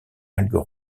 algues